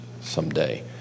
someday